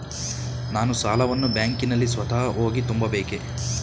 ನಾನು ಸಾಲವನ್ನು ಬ್ಯಾಂಕಿನಲ್ಲಿ ಸ್ವತಃ ಹೋಗಿ ತುಂಬಬೇಕೇ?